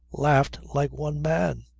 laughed like one man.